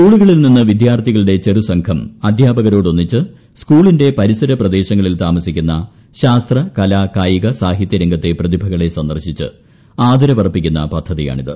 സ് കൂളുകളിൽ നിന്നു വിദ്യാർത്ഥികളുടെ ചെറുസംഘം അദ്ധ്യാപകരോടൊന്നിച്ച് സ്കൂളിന്റെ പരിസര പ്രദേശങ്ങളിൽ താമസിക്കുന്ന ശാസ്ത്ര കലാ കായിക സാഹിത്യരംഗത്തെ പ്രതിഭകളെ സന്ദർശിച്ച് ആദരവർപ്പിക്കുന്ന പദ്ധതിയാണിത്